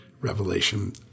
revelation